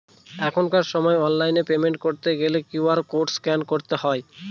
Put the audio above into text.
এখনকার সময় online payment করতে গেলে কিউ.আর কোড স্ক্যান করতে হয়